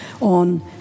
on